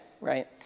right